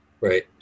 Right